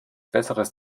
besseres